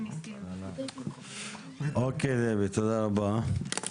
אוקיי דבי, תודה רבה.